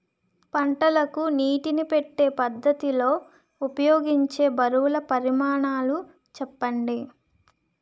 పంటలకు నీటినీ పెట్టే పద్ధతి లో ఉపయోగించే బరువుల పరిమాణాలు చెప్పండి?